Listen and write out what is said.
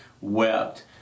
wept